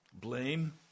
Blame